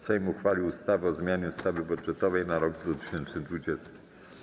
Sejm uchwalił ustawę o zmianie ustawy budżetowej na rok 2020.